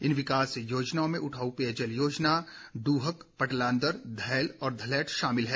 इन विकास योजनाओं में उठाऊ पेयजल योजना इहक पटलांदर धैल और धलैट शामिल है